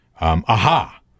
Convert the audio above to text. aha